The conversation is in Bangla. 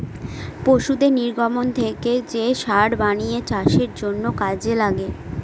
পশুদের নির্গমন থেকে যে সার বানিয়ে চাষের জন্য কাজে লাগে